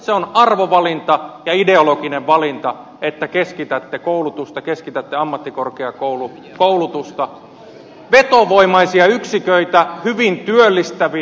se on arvovalinta ja ideologinen valinta että keskitätte koulutusta keskitätte ammattikorkeakoulutusta vetovoimaisia yksiköitä hyvin työllistäviä